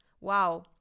wow